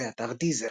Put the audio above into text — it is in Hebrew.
באתר דיזר